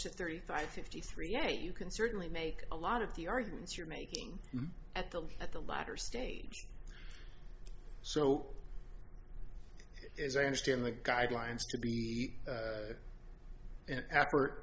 to thirty five fifty three yet you can certainly make a lot of the arguments you're making at the at the latter stage so as i understand the guidelines to be an effort